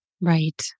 Right